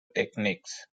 techniques